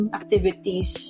activities